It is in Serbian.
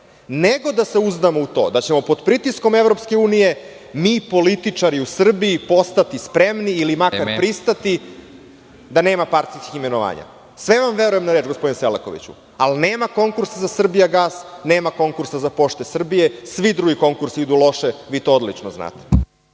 nego da se uzdamo u to da ćemo pod pritiskom EU mi političari u Srbiji postati spremni ili makar pristati da nema partijskih imenovanja. Sve vam verujem na reč gospodine Selakoviću, ali nema konkursa za „Srbijagas“, nema konkursa za „Pošta Srbije“, svi drugi konkursi idu loše, vi to odlično znate.